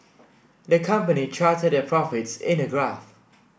the company charted their profits in a graph